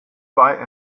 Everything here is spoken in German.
bei